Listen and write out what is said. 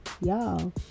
y'all